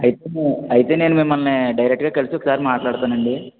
అయితే అయితే నేను మిమ్మల్ని డైరెక్ట్గా కలిసి ఒకసారి మాట్లాడతానండి